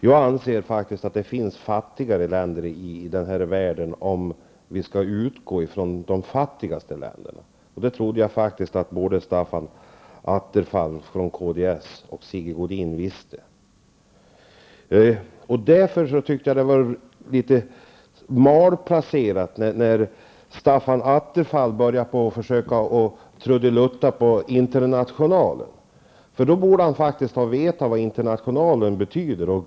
Jag anser faktiskt att det finns fattigare länder i denna värld, om vi nu skall utgå från de fattigaste länderna. Och detta trodde jag faktiskt att både Staffan Attefall och Sigge Godin visste. Därför tyckte jag att det var litet malplacerat när Staffan Attefall började nynna på Internationalen. Då borde han faktiskt ha vetet vad Internationalen innebär.